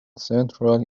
central